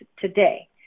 today